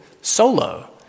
solo